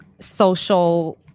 social